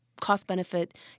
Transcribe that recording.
cost-benefit